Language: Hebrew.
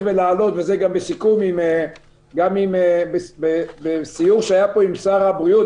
ולהעלות ובסיור שהיה כאן עם שר הבריאות,